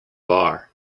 bar